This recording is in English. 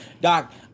doc